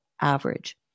average